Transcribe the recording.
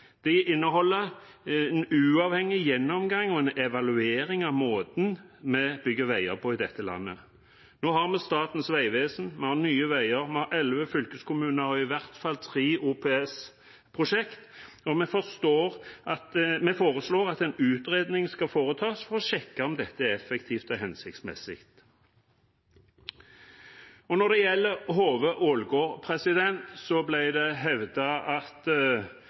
inneholder en uavhengig gjennomgang og en evaluering av måten vi bygger veier på i dette landet. Nå har vi Statens vegvesen, vi har Nye Veier, vi har elleve fylkeskommuner og i hvert fall tre OPS-prosjekter. Vi foreslår at en utredning skal foretas for å sjekke om dette er effektivt og hensiktsmessig. Når det gjelder Hove–Ålgård, ble det hevdet at vi fra Rogalands-benken ikke hadde gjennomslag overfor våre folk i partiene. Det